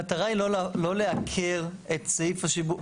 המטרה היא לא לעקר את סעיף השיבוב.